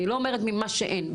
אני לא אומרת ממה שאין.